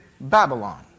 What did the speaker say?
Babylon